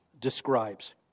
describes